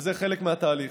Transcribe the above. וזה חלק מהתהליך.